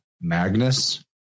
Magnus